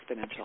exponential